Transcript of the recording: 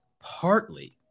partly